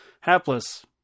hapless